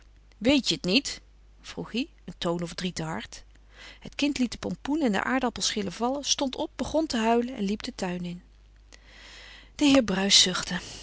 veldzicht weetje t niet vroeg hij een toon of drie te hard het kind liet den pompoen en de aardappelschillen vallen stond op begon te huilen en liep den tuin in de heer bruis